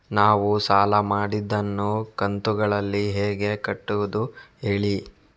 ನಾವು ಸಾಲ ಮಾಡಿದನ್ನು ಕಂತುಗಳಲ್ಲಿ ಹೇಗೆ ಕಟ್ಟುದು ಹೇಳಿ